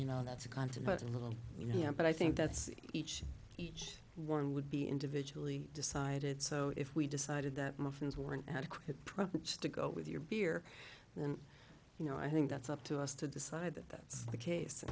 you know that's a constant battle you know but i think that's each each one would be individually decided so if we decided that muffins were an adequate privilege to go with your beer then you know i think that's up to us to decide that that's the case